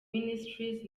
ministries